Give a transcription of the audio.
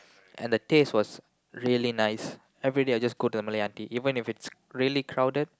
and the taste was really nice everyday I just go to the Malay auntie even if it's really crowded